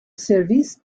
service